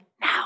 now